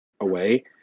away